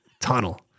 tunnel